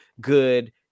good